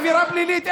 עבירה פלילית.